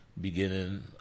beginning